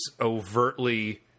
overtly